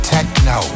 Techno